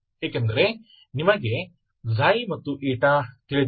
ಏಕೆಂದರೆ ನಿಮಗೆ ξ ಮತ್ತು η ತಿಳಿದಿದೆ